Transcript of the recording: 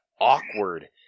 awkward